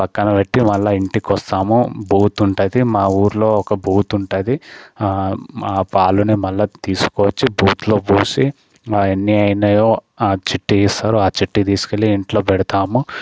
పక్కన పెట్టి మళ్ళా ఇంటికి వస్తాము బూత్ ఉంటుంది మా ఊర్లో ఒక బూత్ ఉంటుంది మా పాలను మళ్ళా తీసుకొచ్చి బూత్లో పోసి మా ఎన్ని అయినాయో చిట్టి ఇస్తారు ఆ చిట్టి తీసుకెళ్ళి ఇంట్లో పెడతాము